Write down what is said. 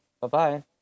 Bye-bye